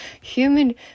human